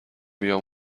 بیام